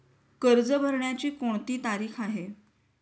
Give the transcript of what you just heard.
कर्ज भरण्याची कोणती तारीख आहे?